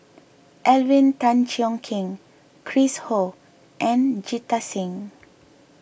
Alvin Tan Cheong Kheng Chris Ho and Jita Singh